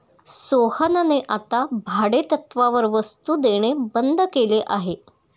सोहनने आता भाडेतत्त्वावर वस्तु देणे बंद केले आहे